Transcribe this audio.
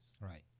Right